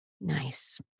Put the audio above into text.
Nice